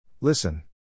Listen